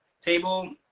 table